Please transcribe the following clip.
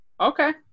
Okay